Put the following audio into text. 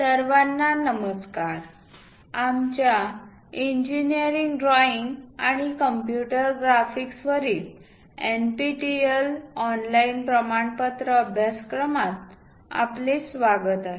सर्वांना नमस्कार आमच्या इंजिनिअरिंग ड्रॉइंग आणि कम्प्युटर ग्राफिक्सवरील NPTEL ऑनलाइन प्रमाणपत्र अभ्यासक्रमात आपले स्वागत आहे